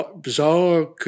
bizarre